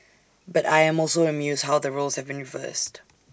but I am also amused how the roles have been reversed